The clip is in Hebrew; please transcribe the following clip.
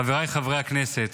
חבריי חברי הכנסת,